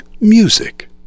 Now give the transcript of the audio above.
music